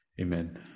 amen